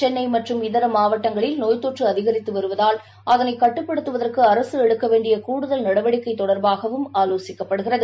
சென்னைமற்றம் இதரமாவட்டங்களில் நோய் தொற்றுஅதிகரித்துவருவதால் அதனைகட்டுப்படுத்துவதற்குஅரசுஎடுக்கவேண்டியகூடுதல் நடவடிக்கைதொடர்பாகவும் ஆலோசிக்கப்படுகிறது